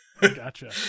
Gotcha